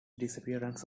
disappearance